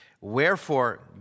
Wherefore